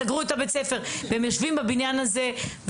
סגרו את בית-הספר ויושבים בבניין הזה.